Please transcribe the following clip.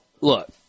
Look